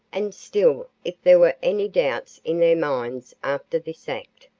and still if there were any doubts in their minds after this act,